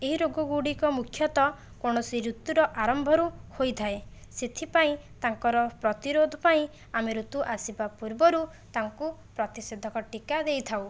ଏହି ରୋଗ ଗୁଡ଼ିକ ମୁଖ୍ୟତଃ କୌଣସି ଋତୁର ଆରମ୍ଭରୁ ହୋଇଥାଏ ସେଥିପାଇଁ ତାଙ୍କର ପ୍ରତିରୋଧ ପାଇଁ ଆମେ ଋତୁ ଆସିବା ପୂର୍ବରୁ ତାଙ୍କୁ ପ୍ରତିଷୋଧକ ଟିକା ଦେଇ ଥାଉ